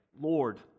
Lord